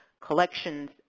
collections